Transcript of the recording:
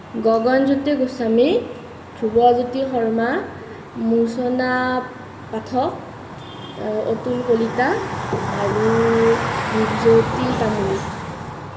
গগনজ্যোতি গোস্বামী ধ্ৰুৱজ্যোতি শৰ্মা মূৰ্চনা পাঠক অতুল কলিতা আৰু দীপজ্যোতি তামুলী